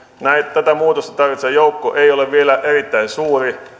tätä muutosta tarvitseva joukko ei ole vielä erittäin suuri